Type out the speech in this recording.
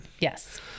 yes